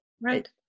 right